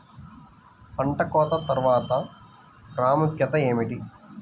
పంట కోత తర్వాత ప్రాముఖ్యత ఏమిటీ?